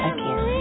Again